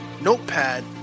notepad